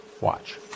Watch